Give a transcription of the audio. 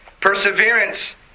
Perseverance